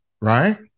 right